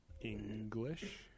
English